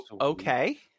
Okay